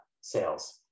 sales